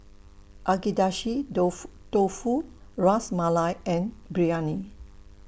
Agedashi Dofu Dofu Ras Malai and Biryani